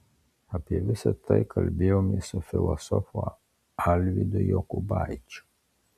apie visa tai kalbėjomės su filosofu alvydu jokubaičiu